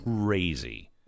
crazy